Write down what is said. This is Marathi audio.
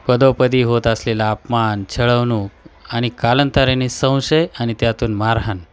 पदोपदी होत असलेला अपमान छळवणूक आणि कालांतराने संशय आणि त्यातून मारहाण